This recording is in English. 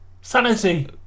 Sanity